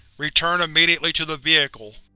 return immediately to the vehicle.